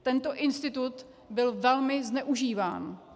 Tento institut byl velmi zneužíván.